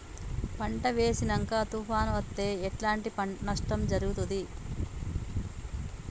పంట వేసినంక తుఫాను అత్తే ఎట్లాంటి నష్టం జరుగుద్ది?